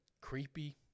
creepy